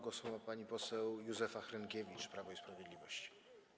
Głos ma pani poseł Józefa Hrynkiewicz, Prawo i Sprawiedliwość.